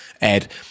Ed